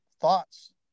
thoughts